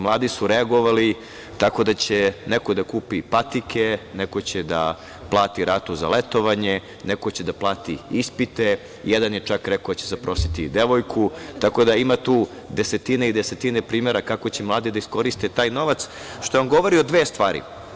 Mladi su reagovali tako da će neko da kupi patike, neko će da plati ratu za letovanje, neko će da plati ispite, jedan je čak rekao da će zaprositi devojku, tako da ima tu desetine i desetine primera kako će mladi da iskoriste taj novac, što vam govori o dve stvari.